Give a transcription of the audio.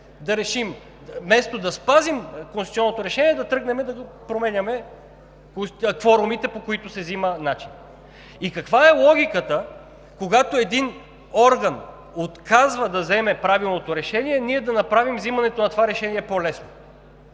и ние вместо да спазим конституционното решение, да тръгнем да променяме кворумите, по които се взима. И каква е логиката, когато един орган отказва да вземе правилното решение, ние да направим вземането на това решение по-лесно?